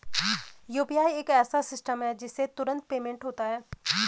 UPI एक ऐसा system है जिससे तुरंत पेमेंट होता है